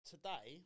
Today